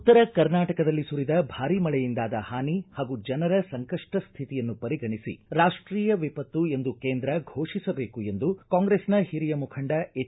ಉತ್ತರ ಕರ್ನಾಟಕದಲ್ಲಿ ಸುರಿದ ಭಾರೀ ಮಳೆಯಿಂದಾದ ಹಾನಿ ಹಾಗೂ ಜನರ ಸಂಕಷ್ಟ ಶ್ರಿತಿಯನ್ನು ಪರಿಗಣಿಸಿ ರಾಷ್ಷೀಯ ವಿಪತ್ತು ಎಂದು ಕೇಂದ್ರ ಘೋಷಿಸಬೇಕು ಎಂದು ಕಾಂಗ್ರೆಸ್ನ ಹಿರಿಯ ಮುಖಂಡ ಎಚ್